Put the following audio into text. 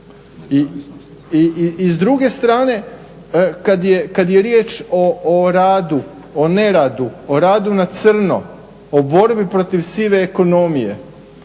I s druge strane, kad je riječ o radu, o neradu, o radu na crno, o borbi protiv sive ekonomije,